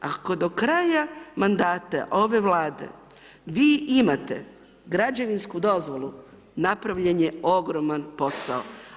Ako do kraja mandata ove Vlade vi imate građevinsku dozvolu, napravljen je ogroman posao.